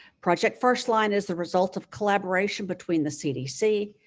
project first line is the result of collaboration between the cdc,